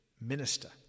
minister